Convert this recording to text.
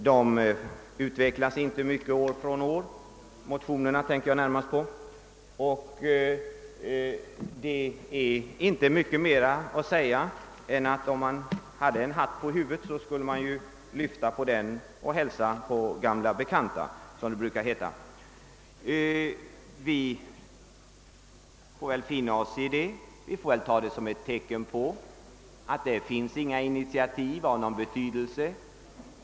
De utvecklas inte mycket år från år, och det är inte mycket annat att säga än detta, att om man hade en hatt på huvudet skulle man lyfta på den och hälsa på gamla bekanta — som det brukar heta. Vi får väl finna oss i det och ta det som ett tecken på att motionärerna inte har några initiativ av betydelse att komma med.